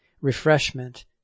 refreshment